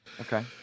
Okay